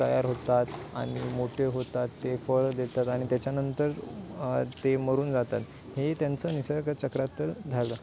तयार होतात आणि मोठे होतात ते फळं देतात आणि त्याच्यानंतर ते मरून जातात हे त्यांचं निसर्ग चक्रात तर झालं